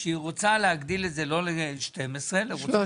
שהיא רוצה להגדיל את זה לא ל-12 אלא רוצה